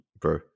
bro